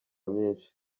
myinshi